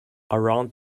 around